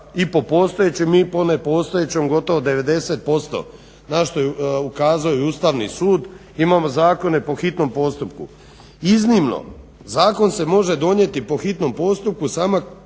i po postojećem i po nepostojećem gotovo 90% na što je ukazao i Ustavni sud imamo zakone po hitnom postupku. Iznimno zakon se može donijeti po hitnom postupku samo